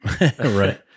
Right